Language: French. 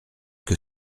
que